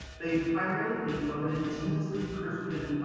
they primarily think of an intensely christian,